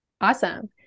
awesome